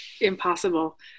impossible